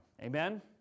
Amen